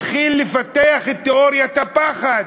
התחיל לפתח את תיאוריית הפחד.